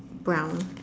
brown